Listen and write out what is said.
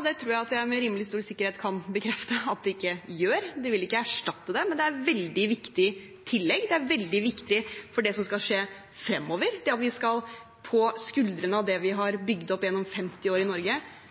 det tror jeg at jeg med rimelig stor sikkerhet kan bekrefte at de ikke gjør. De vil ikke erstatte dem, men er et veldig viktig tillegg og veldig viktig for det som skal skje fremover: Vi skal bygge noe nytt på skuldrene av det vi har bygd opp gjennom 50 år i Norge,